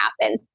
happen